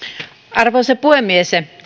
arvoisa puhemies